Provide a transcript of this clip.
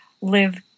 live